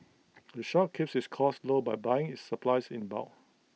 the shop keeps its costs low by buying its supplies in bulk